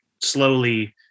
slowly